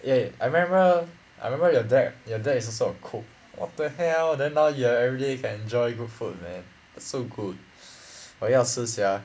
eh I remember I remember your dad your dad is also a cook what the hell then now you everyday can enjoy good food man so good 我要吃 sia